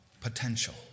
potential